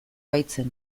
baitzen